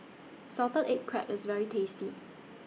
Salted Egg Crab IS very tasty